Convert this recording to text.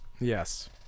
yes